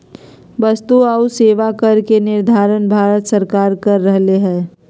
वस्तु आऊ सेवा कर के निर्धारण भारत सरकार कर रहले हें